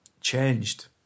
changed